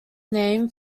name